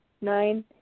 nine